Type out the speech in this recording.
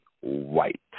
white